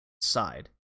side